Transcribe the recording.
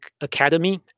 Academy